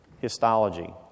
histology